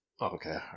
Okay